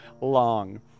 long